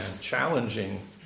challenging